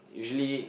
usually